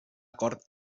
acord